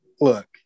look